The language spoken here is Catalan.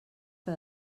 que